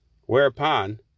Whereupon